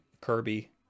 Kirby